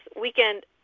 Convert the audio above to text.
weekend